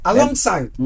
Alongside